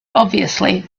obviously